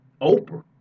Oprah